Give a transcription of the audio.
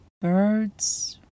Birds